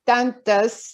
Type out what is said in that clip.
ten tas